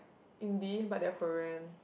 indie but they're Korean